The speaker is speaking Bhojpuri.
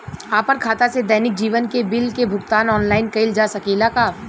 आपन खाता से दैनिक जीवन के बिल के भुगतान आनलाइन कइल जा सकेला का?